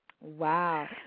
Wow